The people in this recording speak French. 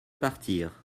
partir